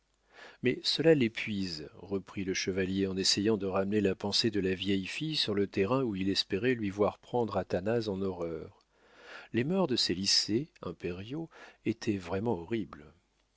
mais cela l'épuise reprit le chevalier en essayant de ramener la pensée de la vieille fille sur le terrain où il espérait lui voir prendre athanase en horreur les mœurs de ces lycées impériaux étaient vraiment horribles